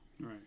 Right